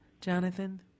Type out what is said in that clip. Jonathan